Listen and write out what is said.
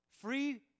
Free